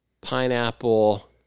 pineapple